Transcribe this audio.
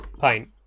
paint